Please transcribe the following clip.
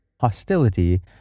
hostility